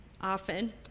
often